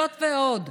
זאת ועוד,